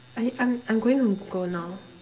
I I'm I'm going to go now